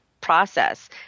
process